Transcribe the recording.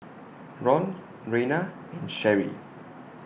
Ron Reina and Sherrie